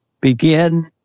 Begin